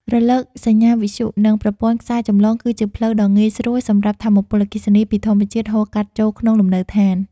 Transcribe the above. រលកសញ្ញាវិទ្យុ និងប្រព័ន្ធខ្សែចម្លងគឺជាផ្លូវដ៏ងាយស្រួលសម្រាប់ថាមពលអគ្គិសនីពីធម្មជាតិហូរកាត់ចូលក្នុងលំនៅដ្ឋាន។